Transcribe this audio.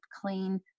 clean